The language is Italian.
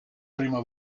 prima